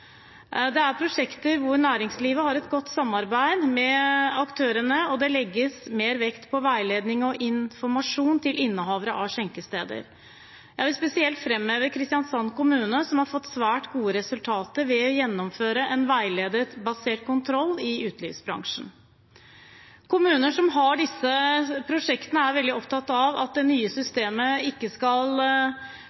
Det er prosjekter hvor næringslivet har et godt samarbeid med aktørene, og det legges mer vekt på veiledning og informasjon til innehavere av skjenkesteder. Jeg vil spesielt framheve Kristiansand kommune, som har fått svært gode resultater ved å gjennomføre en veiledningsbasert kontroll i utelivsbransjen. Kommuner som har disse prosjektene, er veldig opptatt av at det nye systemet ikke skal